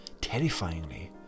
terrifyingly